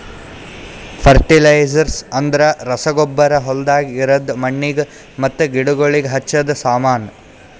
fertilisers ಅಂದ್ರ ರಸಗೊಬ್ಬರ ಹೊಲ್ದಾಗ ಇರದ್ ಮಣ್ಣಿಗ್ ಮತ್ತ ಗಿಡಗೋಳಿಗ್ ಹಚ್ಚದ ಸಾಮಾನು